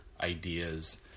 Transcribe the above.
ideas